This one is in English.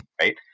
right